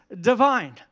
divine